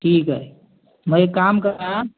ठीक आहे मग एक काम करा